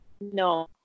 no